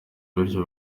bityo